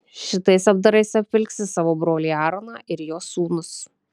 šitais apdarais apvilksi savo brolį aaroną ir jo sūnus